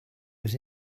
was